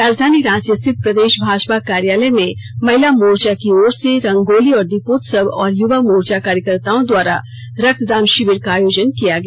राजधानी रांची स्थित प्रदेश भाजपा कार्यालय में महिला मोर्चा की ओर से रंगोली और दीपोत्सव और युवा मोर्चा कार्यकर्ताओं द्वारा रक्तदान शिविर का आयोजन किया गया